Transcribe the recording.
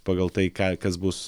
pagal tai ką kas bus